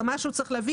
תימחק.